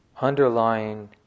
underlying